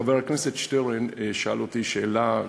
חבר הכנסת שטרן שאל אותי שאלה,